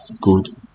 good